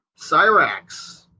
Cyrax